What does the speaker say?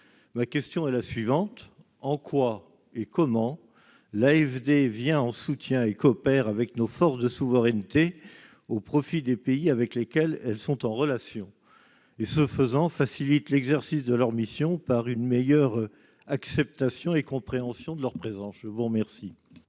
ma question est la suivante : en quoi et comment l'AFD vient en soutien et coopère avec nos forces de souveraineté au profit des pays avec lesquels elles sont en relation et, ce faisant, facilite l'exercice de leur mission, par une meilleure acceptation et compréhension de leur président, je vous remercie.